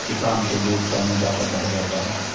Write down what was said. किसान को देश का अन्नदाता कहा जाता है